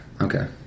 Okay